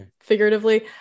figuratively